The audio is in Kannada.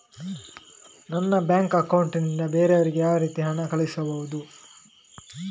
ನನ್ನ ಬ್ಯಾಂಕ್ ಅಕೌಂಟ್ ನಿಂದ ಬೇರೆಯವರಿಗೆ ಯಾವ ರೀತಿ ಹಣ ಕಳಿಸಬಹುದು?